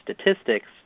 statistics